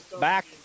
Back